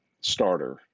starter